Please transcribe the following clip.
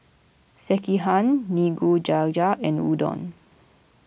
Sekihan Nikujaga and Udon